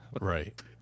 Right